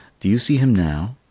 do you see him now?